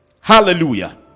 Hallelujah